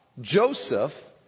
Joseph